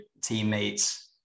teammates